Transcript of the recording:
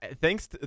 Thanks